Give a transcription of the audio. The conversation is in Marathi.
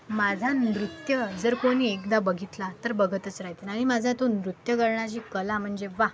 माझा नृत्य जर कोणी एकदा बघितला तर बघतच राहील आणि माझा तो नृत्य करण्याची कला म्हणजे वा